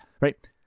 right